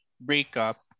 breakup